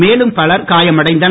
மேலும் பலர் காயமடைந்தனர்